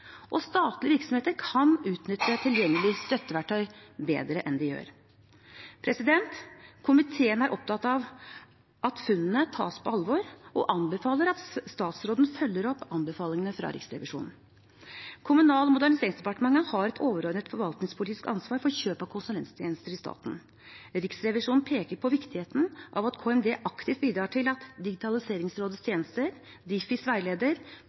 Og: Statlige virksomheter kan utnytte tilgjengelig støtteverktøy bedre enn de gjør. Komiteen er opptatt av at funnene tas på alvor og anbefaler at statsråden følger opp anbefalingene fra Riksrevisjonen. Kommunal- og moderniseringsdepartementet har et overordnet forvaltningspolitisk ansvar for kjøp av konsulenttjenester i staten. Riksrevisjonen peker på viktigheten av at KMD aktivt bidrar til at Digitaliseringsrådets tjenester, Difis veileder,